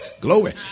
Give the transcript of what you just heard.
Glory